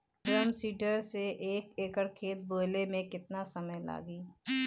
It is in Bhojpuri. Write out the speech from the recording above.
ड्रम सीडर से एक एकड़ खेत बोयले मै कितना समय लागी?